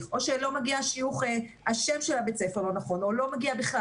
או שהשם של בית הספר לא נכון או לא מגיע בכלל.